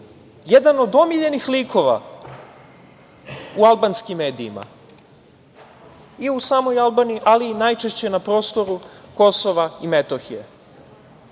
jedan od omiljenih likova u albanskim medijima i u samoj Albaniji, ali i najčešće na prostoru Kosova i Metohije. Kada